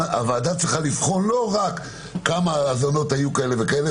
הוועדה צריכה לבחון לא רק כמה האזנות היו כאלה וכאלה,